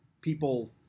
people